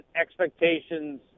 expectations